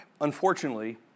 Unfortunately